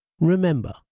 Remember